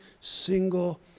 single